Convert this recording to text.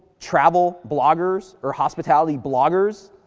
travel bloggers or hospitality bloggers,